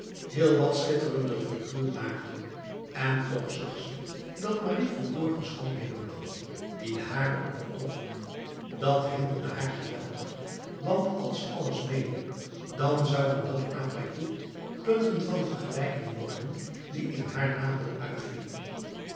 heel wat schitterender figuur maakte en toch zag ze dat marie verborgen schoonheden had die de hare overtroffen dat hinderde haar geweldig want als alles meeliep dan zouden dat après coup punten van vergelijking worden die in haar nadeel uitvielen